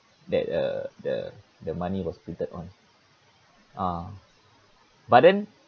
that uh the the money was printed on uh but then